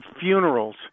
funerals